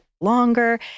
longer